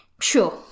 Sure